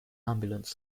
ambulance